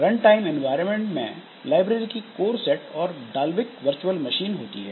runtime environment में library की core set और डाल्विक वर्चुअल मशीन होती है